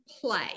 play